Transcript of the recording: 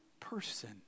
person